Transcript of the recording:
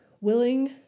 willing